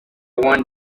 one